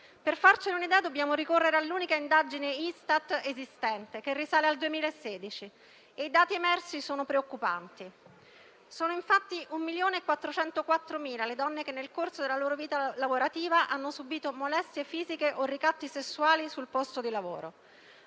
Per farcene un'idea, dobbiamo ricorrere all'unica indagine Istat esistente, che risale al 2016. I dati emersi sono preoccupanti: infatti, sono 1,404 milioni le donne che, nel corso della loro vita lavorativa, hanno subito molestie fisiche o ricatti sessuali sul posto di lavoro.